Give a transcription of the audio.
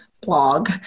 blog